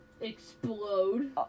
Explode